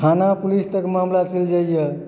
थाना पुलिस तक मामला चलि जाइए